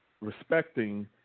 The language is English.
Respecting